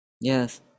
Yes